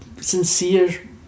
sincere